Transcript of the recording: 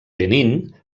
benín